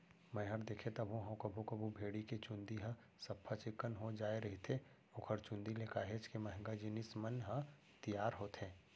मैंहर देखें तको हंव कभू कभू भेड़ी के चंूदी ह सफ्फा चिक्कन हो जाय रहिथे ओखर चुंदी ले काहेच के महंगा जिनिस मन ह तियार होथे